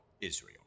Israel